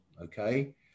Okay